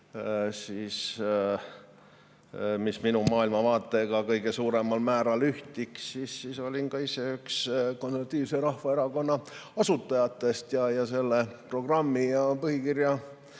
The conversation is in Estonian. mis minu maailmavaatega oleks kõige suuremal määral ühtinud, siis olin ise üks konservatiivse rahvaerakonna asutajatest ning selle programmi ja põhikirja